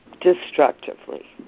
destructively